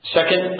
Second